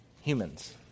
humans